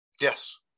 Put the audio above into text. Yes